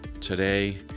today